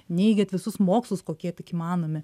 neigiat visus mokslus kokie tik įmanomi